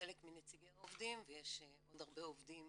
חלק מנציגי העובדים ויש עוד הרבה עובדים